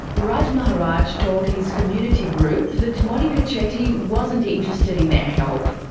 raj maharaj told his community group that monika chetty wasn't interested in their help.